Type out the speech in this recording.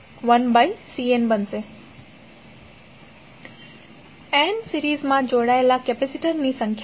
n સિરીઝમાં જોડાયેલા કેપેસિટરની સંખ્યા છે